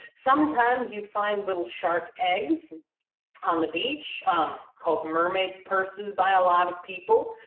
sometimes you find little shark eggs on the beach called mermaid purses, by a lot of people.